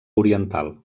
oriental